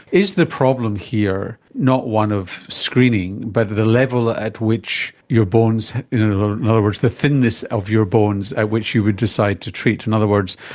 is the problem here not one of screening but the level at which your bones, in other words, the thinness of your bones at which you would decide to treat? in other words,